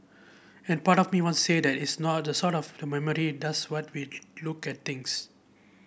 and part of me wants say that it's not the sot of the memory does what we look at things